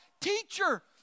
Teacher